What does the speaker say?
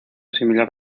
similar